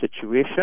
situation